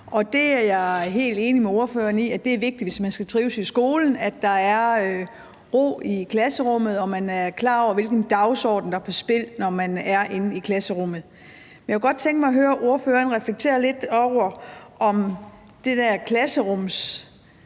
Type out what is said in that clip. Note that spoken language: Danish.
det er jeg helt enig med ordføreren i er vigtigt, hvis man skal trives i skolen, at der er ro i klasserummet, og at man er klar over, hvilken dagsorden der er på spil, når man er inde i klasserummet. Men jeg kunne godt tænke mig at høre ordføreren reflektere lidt over, om det der klasserumsordentlighed,